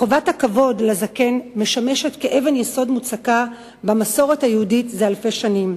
חובת הכבוד לזקן משמשת אבן יסוד מוצקה במסורת היהודית זה אלפי שנים,